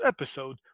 episode